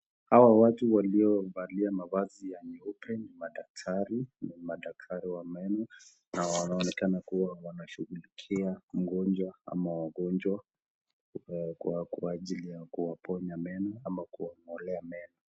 Hawa watu waliovalia mavazi ya nyeupe ni madaktari ni madaktari wa meno na wanaonekana wanashughulikia mgonjwa ama wagonjwa kwa ajili ya kuwaponya meno ama kwa ajili ya kuwang'olea meno.